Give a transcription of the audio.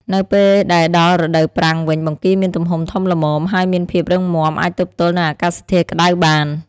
នៅពេលដែលដល់រដូវប្រាំងវិញ បង្គាមានទំហំធំល្មម ហើយមានភាពរឹងមាំអាចទប់ទល់នឹងអាកាសធាតុក្ដៅបាន។